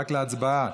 רק להצבעה.